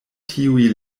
tiuj